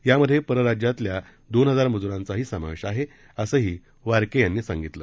यामध्ये परराज्यातील दोन हजार मजूरांचा ही समावेश आहे असंही वारके यांनी सांगितलं